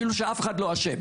כאילו שאף אחד לא אשם.